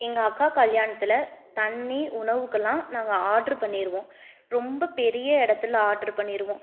எங்கள் அக்கா கல்யாணத்தில் தண்ணி உணவுகளெலாம் நாங்கள் ஆர்டெர் பண்ணிருவோம் ரொம்ப பெரிய இடத்துல ஆர்டெர் பண்ணிருவோம்